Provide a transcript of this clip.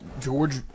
George